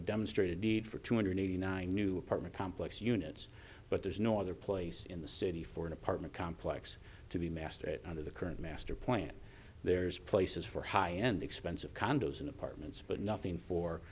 a demonstrated need for two hundred eighty nine new apartment complex units but there's no other place in the city for an apartment complex to be master under the current master plan there's places for high end expensive condos and apartments but nothing for